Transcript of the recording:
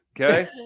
Okay